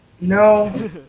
No